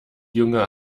junge